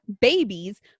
babies